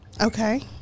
Okay